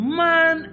man